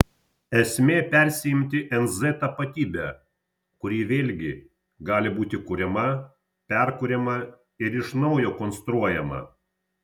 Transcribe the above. esmė persiimti nz tapatybe kuri vėlgi gali būti kuriama perkuriama ir iš naujo konstruojama